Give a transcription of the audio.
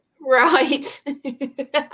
Right